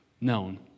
known